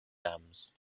dams